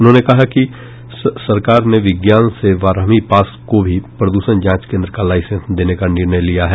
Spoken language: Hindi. उन्होंने कहा कि सरकार ने विज्ञान से बारहवीं पास भी प्रदूषण जांच केंद्र का लाईसेंस देने का निर्णय लिया है